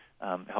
help